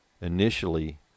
initially